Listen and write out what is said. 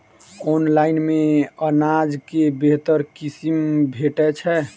Online मे अनाज केँ बेहतर किसिम भेटय छै?